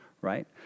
right